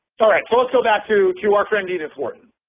so let's go back to to our friend, edith wharton,